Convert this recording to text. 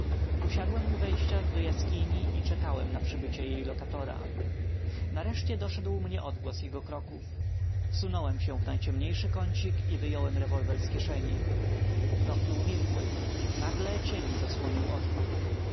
usiadłem u wejścia do jaskini i czekałem na przybycie jej lokatora nareszcie doszedł mnie odgłos jego kroków wsunąłem się w najciemniejszy kącik i wyjąłem rewolwer z kieszeni kroki umilkły nagle cień zasłonił otwór